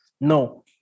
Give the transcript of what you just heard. No